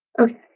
Okay